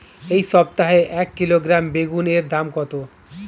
এই সপ্তাহে এক কিলোগ্রাম বেগুন এর দাম কত?